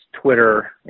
twitter